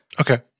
okay